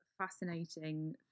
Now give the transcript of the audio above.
Fascinating